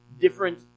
different